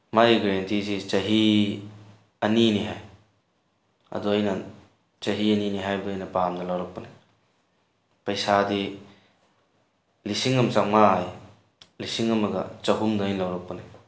ꯃꯥꯒꯤ ꯒꯔꯦꯟꯇꯤꯁꯤ ꯆꯍꯤ ꯑꯅꯤꯅꯤ ꯍꯥꯏ ꯑꯗꯨ ꯑꯩꯅ ꯆꯍꯤ ꯑꯅꯤꯅꯤ ꯍꯥꯏꯕꯗꯣ ꯑꯩꯅ ꯄꯥꯝꯅ ꯂꯧꯔꯛꯄꯅꯤ ꯄꯩꯁꯥꯗꯤ ꯂꯤꯁꯤꯡ ꯑꯃ ꯆꯃꯉꯥ ꯍꯥꯏꯌꯦ ꯂꯤꯁꯤꯡ ꯑꯃꯒ ꯆꯍꯨꯝꯗ ꯑꯩꯅ ꯂꯧꯔꯛꯄꯅꯤ